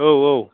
औ औ